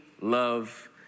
love